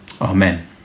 Amen